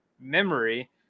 memory